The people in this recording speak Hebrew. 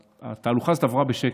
והתהלוכה עברה בשקט,